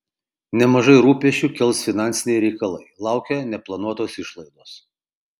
nemažai rūpesčių kels finansiniai reikalai laukia neplanuotos išlaidos